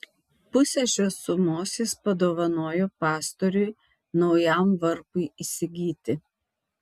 pusę šios sumos jis padovanojo pastoriui naujam varpui įsigyti